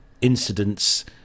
incidents